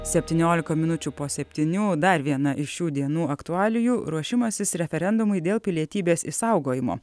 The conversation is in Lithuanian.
septyniolika minučių po septynių dar viena iš šių dienų aktualijų ruošimasis referendumui dėl pilietybės išsaugojimo